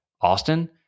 Austin